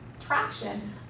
traction